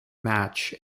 match